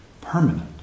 permanent